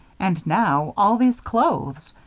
and now, all these clothes.